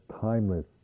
timeless